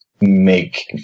make